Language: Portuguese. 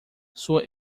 sua